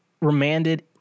remanded